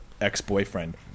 ex-boyfriend